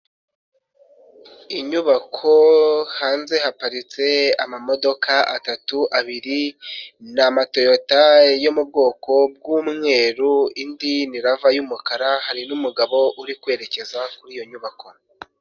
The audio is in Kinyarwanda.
Inyubako hanze haparitse amamodoka atatu, abiri ni Amatoyota yo mu bwoko bw'umweru indi ni Rava y'umukara hari n'umugabo uri kwerekeza kuri iyo nyubako.